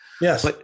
Yes